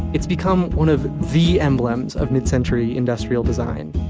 it's become one of the emblems of mid-century industrial design.